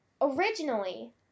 originally